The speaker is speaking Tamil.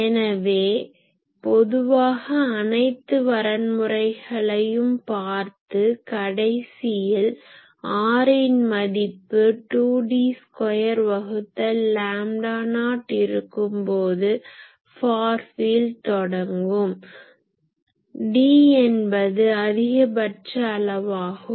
எனவே பொதுவாக அனைத்து வரன்முறைகளையும் பார்த்து கடைசியில் r இன் மதிப்பு 2D ஸ்கொயர் வகுத்தல் லாம்டா நாட் இருக்கும் போது ஃபார் ஃபீல்ட் தொடங்கும் D என்பது அதிகபட்ச அளவாகும்